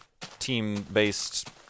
team-based